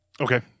Okay